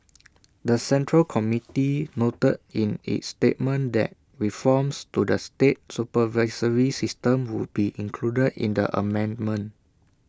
the central committee noted in its statement that reforms to the state supervisory system would be included in the amendment